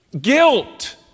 Guilt